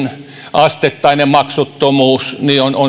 asteittainen maksuttomuus on sosiaalidemokraateille erittäin tärkeää